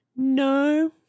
No